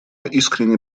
искренне